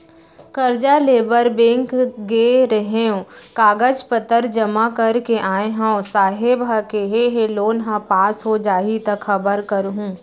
करजा लेबर बेंक गे रेहेंव, कागज पतर जमा कर के आय हँव, साहेब ह केहे हे लोन ह पास हो जाही त खबर करहूँ